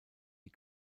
die